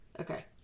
okay